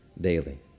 daily